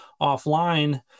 offline